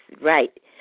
right